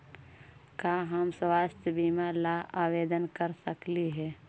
का हम स्वास्थ्य बीमा ला आवेदन कर सकली हे?